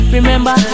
Remember